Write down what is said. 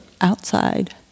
outside